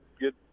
good